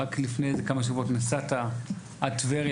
רק לפני כמה שבועות נסעת עד טבריה,